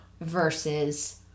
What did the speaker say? versus